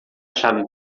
chave